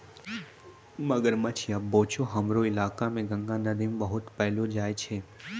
मगरमच्छ या बोचो हमरो इलाका मॅ गंगा नदी मॅ बहुत पैलो जाय छै